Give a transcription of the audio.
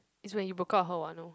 is when you broke up with her [what] no